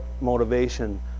motivation